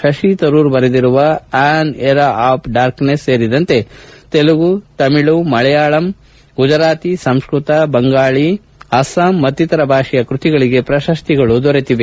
ಶಶಿತರೂರ್ ಬರೆದಿರುವ an era of darkness ಸೇರಿದಂತೆ ತೆಲಗು ತಮಿಳು ಮಳಯಾಳಂ ಗುಜರಾತಿ ಸಂಸ್ವತ ಬಂಗಾಳಿ ಅಸ್ಸಾಂ ಮತ್ತಿತರ ಭಾಷೆಯ ಕೃತಿಗಳಿಗೆ ಪ್ರಶಸ್ತಿಗಳು ದೊರೆತಿವೆ